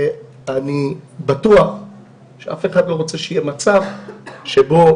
אני בטוח שאף אחד לא רוצה שיהיה מצב שיהיה